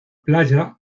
playa